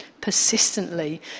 persistently